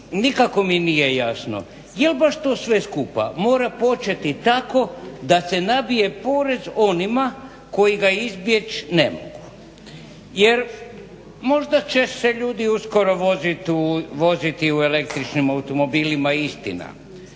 nikako mi nije jasno jel to baš sve skupa mora početi tako da se nabije porez onima koji ga izbjeći ne mogu? Jer možda će se ljudi uskoro voditi u električnim automobilima, istina.